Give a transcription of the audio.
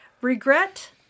Regret